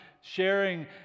sharing